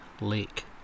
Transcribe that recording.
Lake